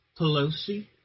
Pelosi